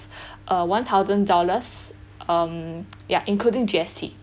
uh one thousand dollars um yeah including G_S_T